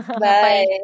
bye